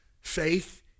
Faith